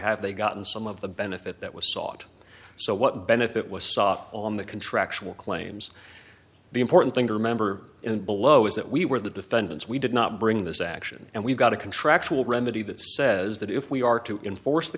have they gotten some of the benefit that was sought so what benefit was stopped on the contractual claims the important thing to remember and below is that we were the defendants we did not bring this action and we've got a contractual remedy that says that if we are to enforce the